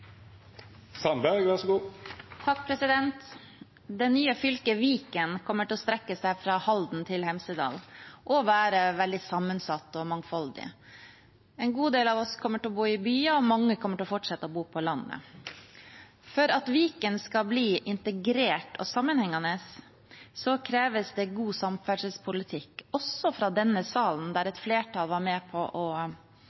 Det nye fylket Viken kommer til å strekke seg fra Halden til Hemsedal og kommer til å være veldig sammensatt og mangfoldig. En god del av oss kommer til å bo i byer, og mange kommer til å fortsette å bo på landet. For at Viken skal bli integrert og sammenhengende, kreves det god samferdselspolitikk også fra denne salen der